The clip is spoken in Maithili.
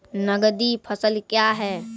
नगदी फसल क्या हैं?